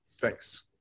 Thanks